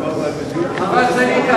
אבל זה,